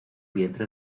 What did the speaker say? vientre